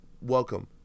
Welcome